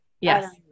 yes